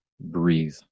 breathe